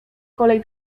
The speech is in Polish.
kolej